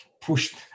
pushed